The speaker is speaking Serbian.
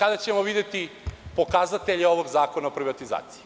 Tada ćemo videti pokazatelje ovog zakona o privatizaciji.